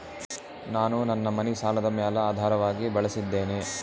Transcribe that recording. ನಾನು ನನ್ನ ಮನಿ ಸಾಲದ ಮ್ಯಾಲ ಆಧಾರವಾಗಿ ಬಳಸಿದ್ದೇನೆ